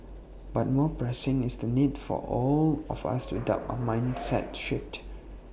but more pressing is the need for all of us to adopt A mindset shift